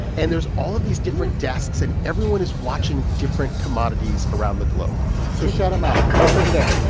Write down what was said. and there's all of these different desks. and everyone is watching different commodities around the globe so shout them out. what's over there?